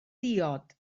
diod